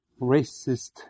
racist